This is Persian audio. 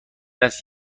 است